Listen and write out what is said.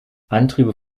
antriebe